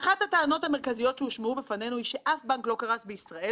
לרכישת שליטה ולא לשם השקעה והון חוזר,